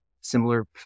similar